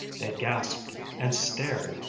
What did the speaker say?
they gaped and stared,